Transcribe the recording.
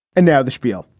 and now the schpiel.